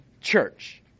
church